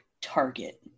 Target